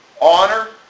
honor